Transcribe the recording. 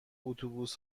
اتوبوس